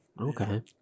Okay